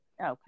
Okay